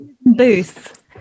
booth